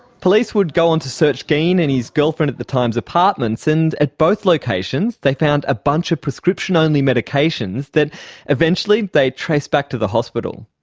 police would go on to search geen and his girlfriend at the time's apartments, and at both locations they found a bunch of prescription-only medications that eventually they traced back to the hospital.